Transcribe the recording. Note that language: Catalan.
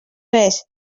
res